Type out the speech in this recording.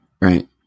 Right